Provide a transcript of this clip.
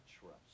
trust